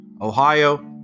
Ohio